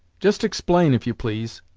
just explain, if you please.